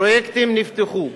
פרויקטים נפתחו.